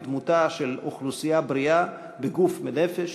בדמותה של אוכלוסייה בריאה בגוף ובנפש.